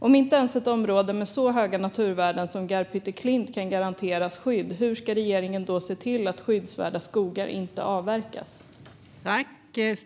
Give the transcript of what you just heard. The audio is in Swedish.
Om inte ens ett område med så höga naturvärden som Garphytteklint kan garanteras skydd, hur ska regeringen då se till att skyddsvärda skogar inte avverkas?